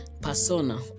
persona